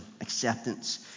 acceptance